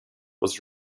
was